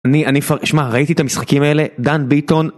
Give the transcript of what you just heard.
אני, אני פר... שמע, ראיתי את המשחקים האלה, דן ביטון...